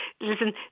listen